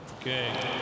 Okay